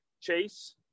Chase